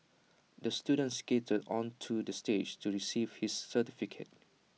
the student skated onto the stage to receive his certificate